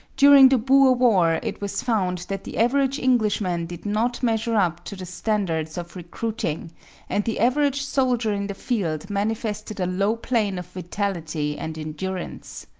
during the boer war it was found that the average englishman did not measure up to the standards of recruiting and the average soldier in the field manifested a low plane of vitality and endurance.